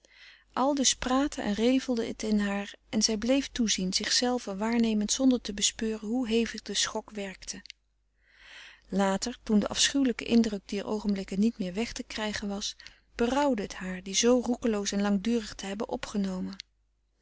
aldus praatte en revelde het in haar en zij bleef toezien zichzelve waarnemend zonder te bespeuren hoe hevig de schok werkte later toen de afschuwelijke indruk dier oogenblikken niet meer weg te krijgen was berouwde het haar die zoo roekeloos en langdurig te hebben opgenomen